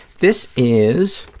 this is,